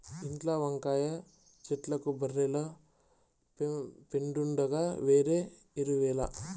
ఇంట్ల వంకాయ చెట్లకు బర్రెల పెండుండగా వేరే ఎరువేల